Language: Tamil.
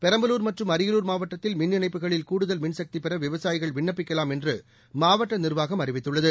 பெரம்பலூர் மற்றும் அரியலூர் மாவட்டத்தில் மின் இணைப்புகளில் கூடுதல் மின்சக்தி பெற விவசாயிகள் விண்ணப்பிக்கலாம் என்று மாவட்ட நிர்வாகம் அறிவித்துள்ளது